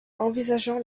envisageant